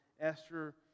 Esther